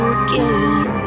again